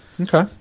Okay